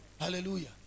Hallelujah